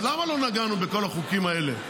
ולמה לא נגענו בכל החוקים האלה?